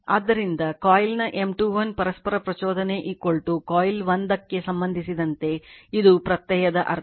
ಆದ್ದರಿಂದ ಕಾಯಿಲ್ನ M21 ಪರಸ್ಪರ ಪ್ರಚೋದನೆ ಕಾಯಿಲ್ 1 ಗೆ ಸಂಬಂಧಿಸಿದಂತೆ ಇದು ಪ್ರತ್ಯಯದ ಅರ್ಥ